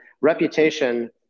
reputation